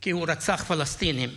כי הוא רצח פלסטינים,